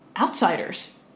outsiders